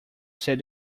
said